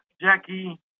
Jackie